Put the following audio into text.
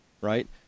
right